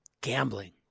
Gambling